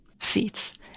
seats